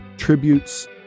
tributes